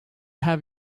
have